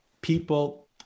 People